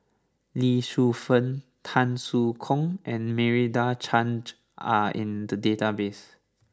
Lee Shu Fen Tan Soo Khoon and Meira Chand are in the database